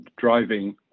driving